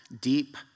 deep